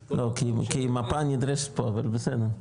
לא, כי מפה נדרשת פה, אבל בסדר.